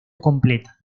completa